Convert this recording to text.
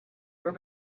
were